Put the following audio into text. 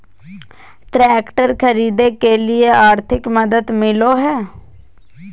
Tractor खरीदे के लिए आर्थिक मदद मिलो है?